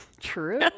True